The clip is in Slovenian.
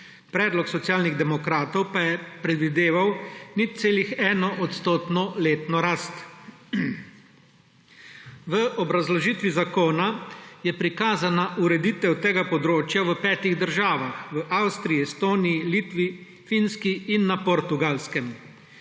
predlog Socialnih demokratov pa je predvideval 0,1-odstotno letno rast. V obrazložitvi zakona je prikazana ureditev tega področja v petih državah: v Avstriji, Estoniji, Litvi, Finski in na Portugalskem.